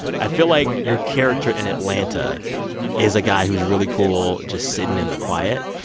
i feel like your character in atlanta is a guy who's really cool just sitting in the quiet.